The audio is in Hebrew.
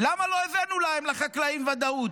למה לא הבאנו להם, לחקלאים, ודאות?